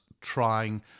trying